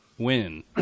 win